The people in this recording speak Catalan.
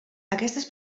aquestes